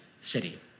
city